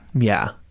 yeah.